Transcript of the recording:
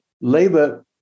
Labour